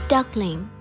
Duckling